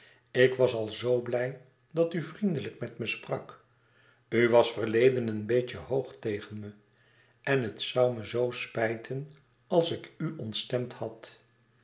ik was al zoo blij dat u vriendelijk met me sprak u was verleden een beetje hoog tegen me en het zoû me zoo spijten als ik u ontstemd had